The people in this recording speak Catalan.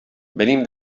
venim